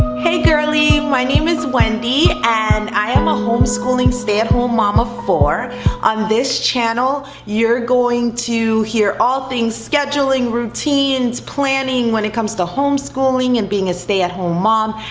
hey girlie, my name is wendy, and i am a homeschooling stay-at-home mom of four on this channel, you're going to hear all things scheduling, routines, planning when it comes to homeschooling and being a stay-at-home mom.